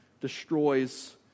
destroys